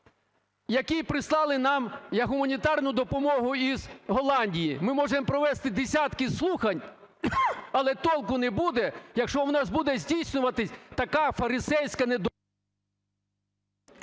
який прислали нам як гуманітарну допомогу із Голландії. Ми можемо провести десятки слухань, але толку не буде, якщо в нас буде здійснюватися така фарисейська...